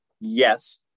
yes